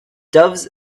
doves